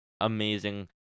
amazing